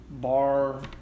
bar